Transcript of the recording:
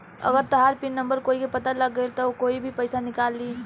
अगर तहार pin number कोई के पता लाग गइल त कोई भी पइसा निकाल ली